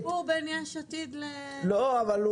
יש פה חיבור בין יש עתיד ל --- לא להיסחף.